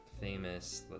famous